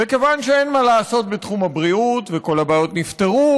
וכיוון שאין מה לעשות בתחום הבריאות וכל הבעיות נפתרו,